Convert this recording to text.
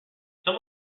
some